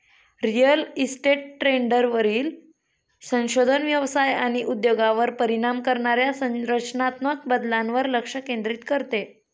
real estate ट्रेंडवरील संशोधन व्यवसाय आणि उद्योगावर परिणाम करणाऱ्या संरचनात्मक बदलांवर लक्ष केंद्रित करते